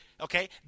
okay